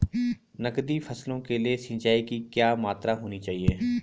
नकदी फसलों के लिए सिंचाई की क्या मात्रा होनी चाहिए?